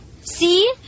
See